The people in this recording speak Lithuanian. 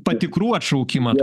patikrų atšaukimą